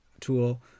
tool